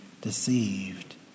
deceived